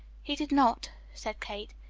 he did not, said kate.